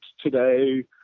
today